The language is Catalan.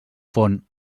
font